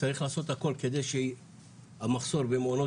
צריך לעשות הכל כדי שהמחסור במעונות